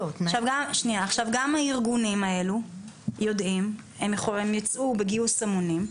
גם הארגונים האלו יודעים, הם יצאו בגיוס המונים,